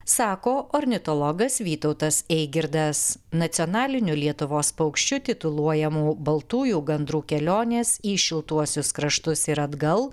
sako ornitologas vytautas eigirdas nacionaliniu lietuvos paukščiu tituluojamų baltųjų gandrų kelionės į šiltuosius kraštus ir atgal